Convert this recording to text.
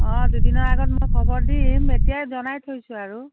অঁ দুদিনৰ আগত খবৰ দিম এতিয়াই জনাই থৈছোঁ আৰু